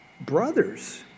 brothers